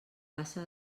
passa